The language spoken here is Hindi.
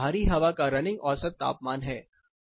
यह बाहरी हवा का रनिंग औसत तापमान है